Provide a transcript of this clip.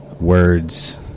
words